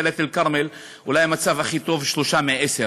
דאלית-אלכרמל, אולי במצב הכי טוב, 3 מ-10.